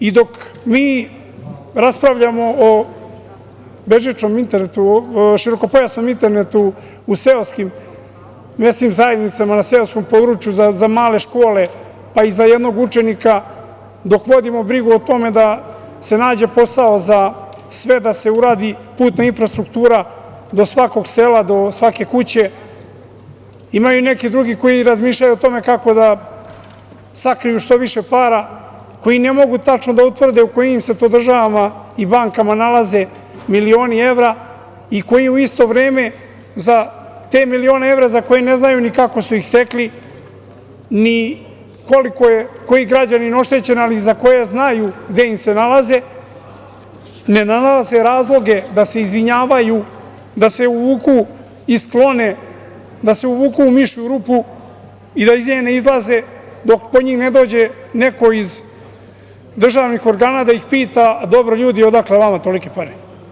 Dok mi raspravljamo o bežičnom internetu, o širokopojasnom internetu u seoskim mesnim zajednicama na seoskom području za male škole, pa i za jednog učenika, dok vodimo brigu o tome da se nađe posao za sve, da se uradi putna infrastruktura do svakog sela, do svake kuće, imaju neki drugi koji razmišljaju o tome kako da sakriju što više para, koji ne mogu tačno da utvrde u kojim se to državama i bankama nalaze milioni evra i koji u isto vreme za te milione evra za koje ne znaju ni kako su ih stekli, ni koliko je koji građanin oštećen, ali za koje znaju gde im se nalaze, ne nalaze razloge da se izvinjavaju, da se uvuku i sklone, da se uvuku u mišju rupu i da iz nje ne izlaze dok po njih ne dođe neko iz državnih organa da ih pita – dobro ljudi, odakle vama tolike pare?